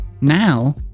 Now